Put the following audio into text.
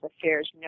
affairs